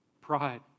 Pride